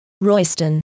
Royston